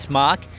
mark